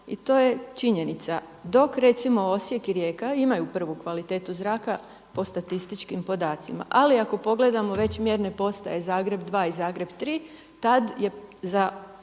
I to je činjenica. Dok recimo Osijek i Rijeka imaju prvu kvalitetu zraka po statističkim podacima. Ali ako pogledamo već mjerne postaje Zagreb 2 i Zagreb 3 tada je za